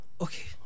okay